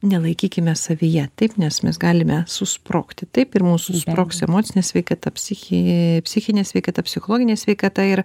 nelaikykime savyje taip nes mes galime susprogti taip ir mūsų sprogs emocinė sveikata psichi ee psichinė sveikata psichologinė sveikata ir